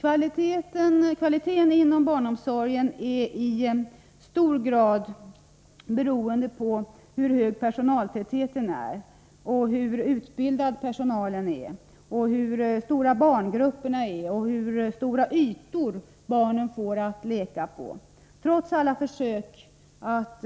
Kvaliteten inom barnomsorgen är i hög grad beroende på hur stor personaltätheten är, hur utbildad personalen är, hur stora barngrupperna är och hur stora ytor barnen får att leka på. Trots alla försök att